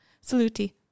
Saluti